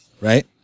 Right